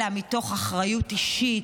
אלא מתוך אחריות אישית,